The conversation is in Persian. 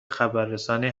خبررسانی